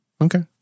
Okay